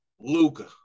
Luca